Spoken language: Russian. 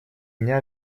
дня